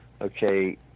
okay